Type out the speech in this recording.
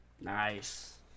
nice